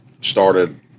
started